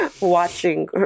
watching